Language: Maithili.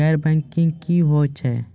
गैर बैंकिंग की होय छै?